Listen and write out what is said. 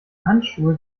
handschuhe